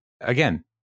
Again